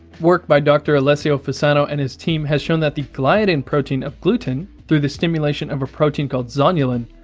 work by dr. alessio fasano and his team has shown that the gliadin protein of gluten, through the stimulation of a protein called zonulin,